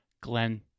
Glenn